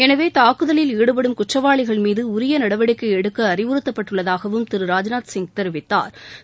எனவே தாக்குதலில் ஈடுபடும் குற்றவாளிகள் மீது உரிய நடவடிக்கை எடுக்க அறிவுறுத்தப்பட்டுள்ளதாகவும் திரு ராஜ்நாத்சிங் தெரிவித்தாா்